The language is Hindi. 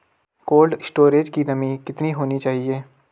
कोल्ड स्टोरेज की नमी कितनी होनी चाहिए?